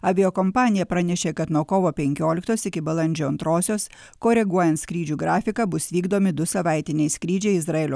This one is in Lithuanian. aviakompanija pranešė kad nuo kovo penkioliktos iki balandžio antrosios koreguojant skrydžių grafiką bus vykdomi du savaitiniai skrydžiai izraelio